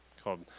called